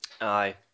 Aye